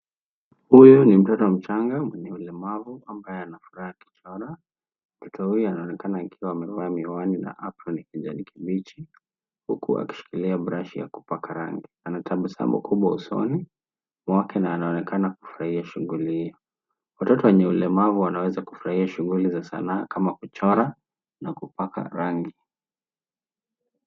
Huyu ni mtoto mchanga mwenye ulemavu ambaye anafuraha akichora. Mtoto huyu anaonekana akiwa amevaa miwani na (cs) apron (cs) ya kijani kibichi huku akishikilia brashi ya kupaka rangi. Anatabasamu kubwa usoni mwake na anaonekana kufurahia shughuli hio. Watoto wenye ulemavu wanaweza kufurahia shughuli za sanaa kama kuchora na kupaka rangi.